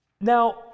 Now